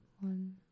one